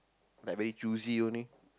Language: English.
like very choosy only